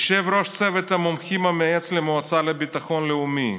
יושב-ראש צוות המומחים המייעץ למועצה לביטחון הלאומי.